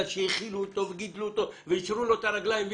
שהאכילו אותו וגידלו אותו ויישרו לו את הרגלים?